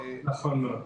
נכון מאוד.